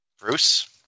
Bruce